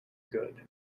good